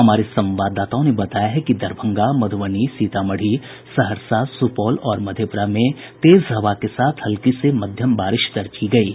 हमारे संवाददाताओं ने बताया है कि दरभंगा मध्रबनी सीतामढ़ी सहरसा सुपौल और मधेपुरा में तेज हवा के साथ हल्की से मध्यम बारिश दर्ज की गयी है